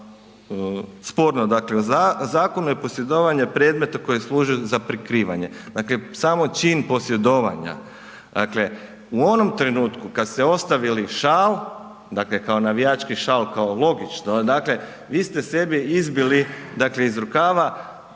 sporno u Zakonu je posjedovanje predmeta koji služe za prikrivanje. Dakle, samo čin posjedovanja, dakle u onom trenutku kad ste ostavili šal, dakle kao navijački šal kao logično, dakle vi ste sebi izbili dakle iz rukava